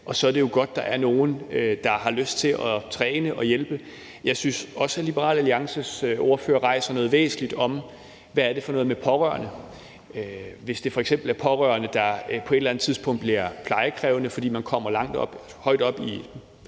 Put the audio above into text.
og så er det jo godt, at der er nogen, der har lyst til træne og hjælpe dem. Jeg synes også, at Liberal Alliances ordfører rejser noget væsentligt om, hvad det er for noget med pårørende. Hvis det f.eks. er pårørende, der på et eller andet tidspunkt bliver plejekrævende, fordi det er sent i